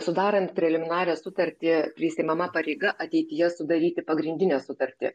sudarant preliminarią sutartį prisiimama pareiga ateityje sudaryti pagrindinę sutartį